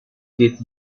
geht